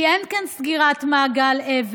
כי אין כאן סגירת מעגל אבל.